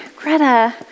Greta